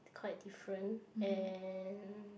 quite different and